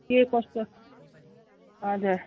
के कस्तो हजुर